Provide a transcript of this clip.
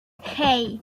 hey